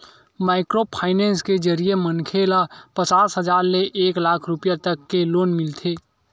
micro finance के जरिए मनखे ल पचास हजार ले एक लाख रूपिया तक के लोन मिलथे